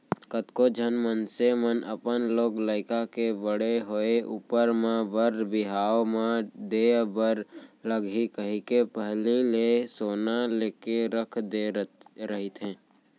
कतको झन मनसे मन अपन लोग लइका के बड़े होय ऊपर म बर बिहाव म देय बर लगही कहिके पहिली ले ही सोना लेके रख दे रहिथे